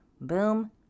Boom